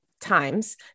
times